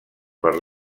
per